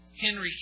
Henry